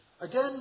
Again